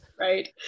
right